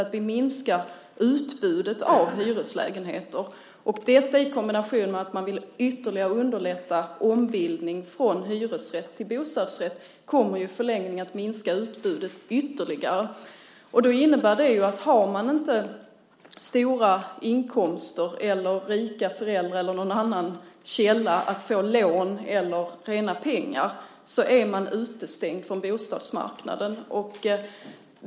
Att man minskar utbudet av hyreslägenheter i kombination med att man vill underlätta ombildning från hyresrätt till bostadsrätt kommer i förlängningen att minska utbudet ytterligare. Den som inte har stora inkomster, rika föräldrar eller någon annan källa till lån eller rena pengar blir därmed utestängd från bostadsmarknaden.